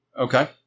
Okay